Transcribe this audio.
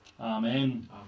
Amen